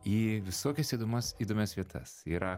į visokias įdomas įdomias vietas yra